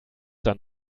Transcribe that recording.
dann